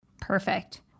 Perfect